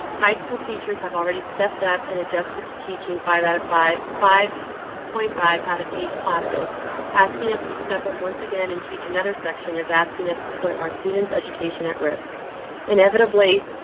high school teachers have already stepped up and adjusted to teaching five out of five. five point five out of eight classes asking us to step up once again and teach. another section is asking us to put our students education at risk inevitably.